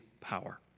power